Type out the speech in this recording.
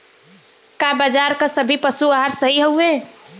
का बाजार क सभी पशु आहार सही हवें?